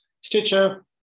Stitcher